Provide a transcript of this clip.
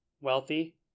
wealthy